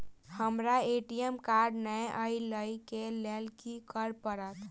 हमरा ATM card नै अई लई केँ लेल की करऽ पड़त?